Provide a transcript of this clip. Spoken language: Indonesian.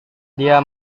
dia